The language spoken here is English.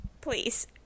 please